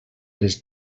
les